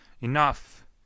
Enough